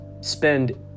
spend